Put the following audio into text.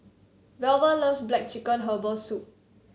Velva loves black chicken Herbal Soup